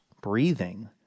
breathing